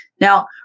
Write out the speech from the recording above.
Now